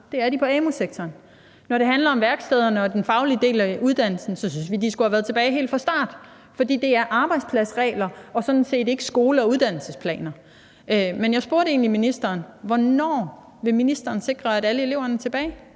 det er de i amu-sektoren. Når det handler om værkstederne og den faglige del af uddannelsen, synes vi, de skulle have været tilbage fra starten, for det er arbejdspladsregler og sådan set ikke skole- og uddannelsesregler, der gælder. Men jeg spurgte egentlig ministeren om, hvornår ministeren vil sikre at alle eleverne er tilbage.